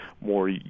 more